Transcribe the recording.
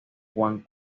juan